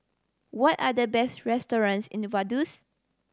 what are the best restaurants in Vaduz